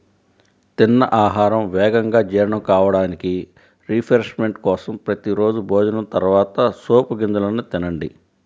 తిన్న ఆహారం వేగంగా జీర్ణం కావడానికి, రిఫ్రెష్మెంట్ కోసం ప్రతి రోజూ భోజనం తర్వాత సోపు గింజలను తినండి